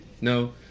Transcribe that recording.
no